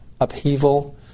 upheaval